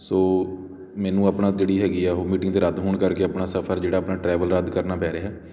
ਸੋ ਮੈਨੂੰ ਆਪਣਾ ਜਿਹੜੀ ਹੈਗੀ ਆ ਉਹ ਮੀਟਿੰਗ ਦੇ ਰੱਦ ਹੋਣ ਕਰਕੇ ਆਪਣਾ ਸਫਰ ਜਿਹੜਾ ਆਪਣਾ ਟਰੈਵਲ ਰੱਦ ਕਰਨਾ ਪੈ ਰਿਹਾ